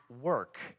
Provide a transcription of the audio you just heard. work